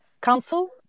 Council